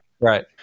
Right